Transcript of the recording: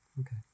Okay